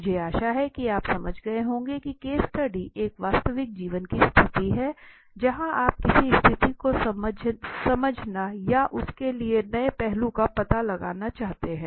मुझे आशा है कि आप समझ गए होंगे की केस स्टडी एक वास्तविक जीवन की स्थिति है जहां आप किसी स्थिति को समझना या उसके किसी नए पहलू का पता लगाना चाहते हैं